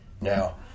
now